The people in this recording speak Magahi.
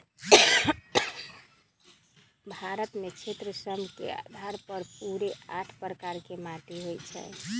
भारत में क्षेत्र सभ के अधार पर पूरे आठ प्रकार के माटि होइ छइ